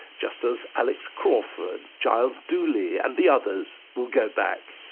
just as alex crawford, giles duley and the others will go back.